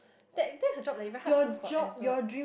that that's a job that very hard to do forever